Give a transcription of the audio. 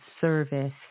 service